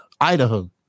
Idaho